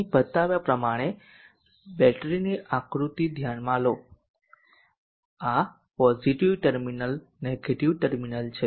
અહીં બતાવ્યા પ્રમાણે બેટરીની આકૃતિ ધ્યાનમાં લો આ પોઝીટીવ ટર્મિનલ નેગેટીવ ટર્મિનલ છે